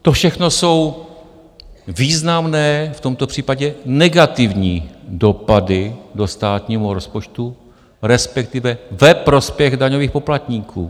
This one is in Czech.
To všechno jsou významné, v tomto případě negativní, dopady do státního rozpočtu, respektive ve prospěch daňových poplatníků.